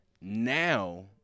now